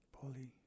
Polly